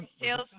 sales